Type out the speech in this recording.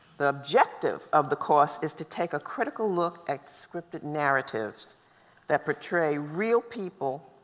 the objective of the course is to take a critical look at scripted narratives that portray real people,